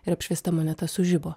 ir apšviesta moneta sužibo